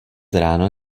ráno